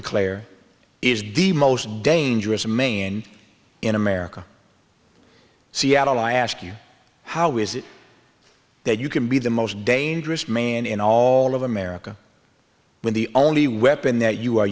declare is the most dangerous man in america seattle i ask you how is it that you can be the most dangerous man in all of america when the only weapon that you are